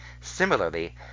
Similarly